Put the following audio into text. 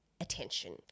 Attention